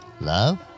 love